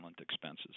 expenses